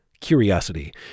curiosity